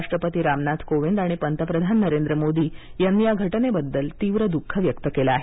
राष्ट्रपती रामनाथ कोविंद आणि पंतप्रधान नरेंद्र मोदी यांनी या घटनेबद्दल तीव्र द्ःख व्यक्त केलं आहे